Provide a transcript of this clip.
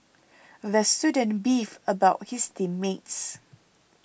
the student beefed about his team mates